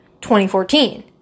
2014